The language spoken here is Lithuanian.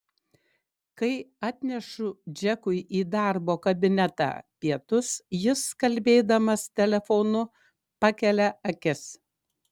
kai atnešu džekui į darbo kabinetą pietus jis kalbėdamas telefonu pakelia akis